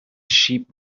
sheep